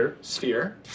Sphere